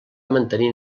mantenir